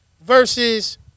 Versus